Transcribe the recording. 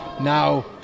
now